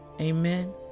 Amen